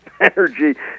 energy